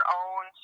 own